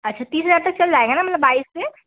अच्छा तीस हज़ार तक चल जाएगा ना मतलब बाईस से